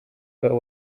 but